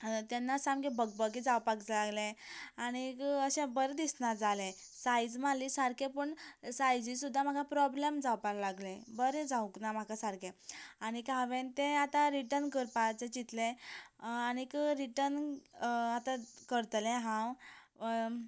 तेन्ना सामकें भगभगें जावपाक लागलें आनीक अशें बरें दिसना जालें सायज मारले सारकी पूण सायजी सुदा म्हाका प्रोब्लेम जावपा लागलें बरें जावूंक ना म्हाका सारकें आनीक हांवें तें आतां रिटर्न करपाचें चिंतलें आनीक रिटर्न आतां करतलें हांव